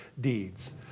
deeds